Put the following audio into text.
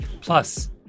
Plus